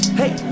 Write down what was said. hey